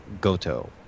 Goto